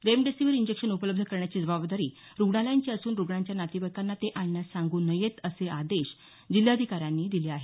remdesivir injection उपलब्ध करण्याची जबाबदारी रुग्णालयांची असून रुग्णाच्या नातेवाईकांना ते आणण्यास सांगू नयेत असे आदेश जिल्ह्याधिकाऱ्यांनी दिले आहेत